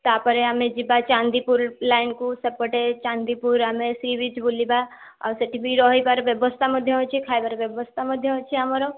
ତା'ପରେ ଆମେ ଯିବା ଚାନ୍ଦିପୁର ଲାଇନକୁ ସେପଟେ ଚାନ୍ଦିପୁର ଆମେ ସି ବିଚ୍ ବୁଲିବା ଆଉ ସେଠି ବି ରହିବା ବ୍ୟବସ୍ଥା ମଧ୍ୟ ଅଛି ଖାଇବାର ବ୍ୟବସ୍ଥା ମଧ୍ୟ ଅଛି ଆମର